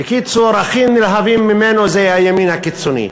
בקיצור, הכי נלהבים ממנו זה אנשי הימין הקיצוני.